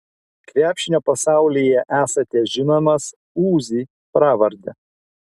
krepšinio pasaulyje esate žinomas uzi pravarde